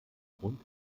grund